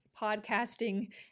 podcasting